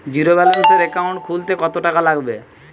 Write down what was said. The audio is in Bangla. জিরোব্যেলেন্সের একাউন্ট খুলতে কত টাকা লাগবে?